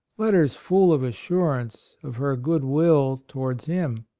letters full of assurance of her good will towards him.